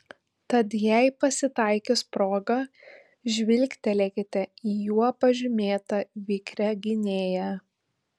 tad jei pasitaikys proga žvilgtelėkite į juo pažymėtą vikrią gynėją